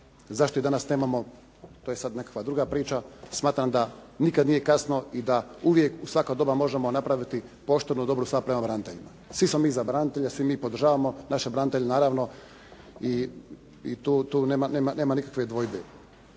Zašto ih danas nemamo, to je sad nekakva druga priča. Smatram da nikad nije kasno i da uvijek, u svaka doba možemo napraviti poštenu, dobru stvar prema braniteljima. Svi smo mi za branitelje, svi mi podržavamo naše branitelje naravno i tu nema nikakve dvojbe.